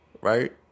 Right